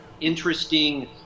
interesting